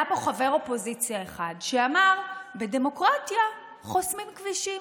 היה פה חבר אופוזיציה אחד שאמר: בדמוקרטיה חוסמים כבישים.